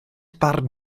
barn